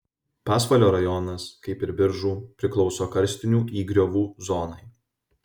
pasvalio rajonas kaip ir biržų priklauso karstinių įgriovų zonai